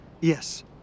Yes